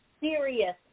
serious